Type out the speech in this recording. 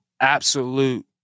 absolute